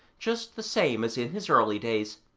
just the same as in his early days,